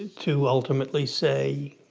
to ultimately say